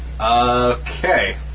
Okay